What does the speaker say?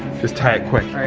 just tie it quick.